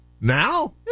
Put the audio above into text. Now